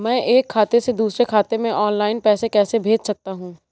मैं एक खाते से दूसरे खाते में ऑनलाइन पैसे कैसे भेज सकता हूँ?